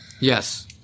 Yes